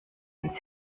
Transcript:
ins